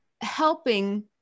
helping